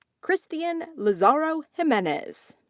cristhian lizarazo jimenez.